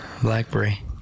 blackberry